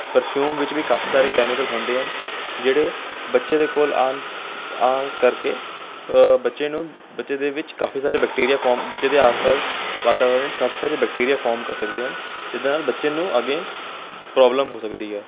perfume ਵਿੱਚ ਵੀ ਕਾਫੀ ਸਾਰੇ ਕੈਮੀਕਲ ਹੁੰਦੇ ਹਨ ਜਿਹੜੇ ਬੱਚੇ ਦੇ ਕੋਲ ਆਉਣ ਆ ਕਰਕੇ ਬੱਚੇ ਨੂੰ ਬੱਚੇ ਦੇ ਵਿੱਚ ਕਾਫੀ ਸਾਰੇ ਬੈਕਟੀਰੀਆ ਫੋਮ ਬੱਚੇ ਦੇ ਆਸ ਪਾਸ ਵਾਤਾਵਰਨ 'ਚ ਕਾਫੀ ਸਾਰੇ ਬੈਕਟੀਰੀਆ ਫੋਰਮ ਕਰ ਸਕਦੇ ਹਨ ਜਿਹਦੇ ਨਾਲ ਬੱਚੇ ਨੂੰ ਅੱਗੇ ਪ੍ਰੋਬਲਮ ਹੋ ਸਕਦੀ ਆ